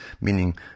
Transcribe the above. Meaning